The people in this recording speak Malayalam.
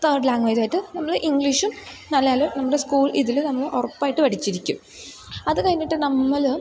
തേഡ് ലാംഗ്വേജായിട്ട് നമ്മൾ ഇംഗ്ലീഷും അല്ലെങ്കിൽ നമ്മുടെ സ്കൂൾ ഇതിൽ നമ്മൾ ഉറപ്പായിട്ട് പഠിച്ചിരിക്കും അതു കയിഞ്ഞിട്ട് നമ്മൾ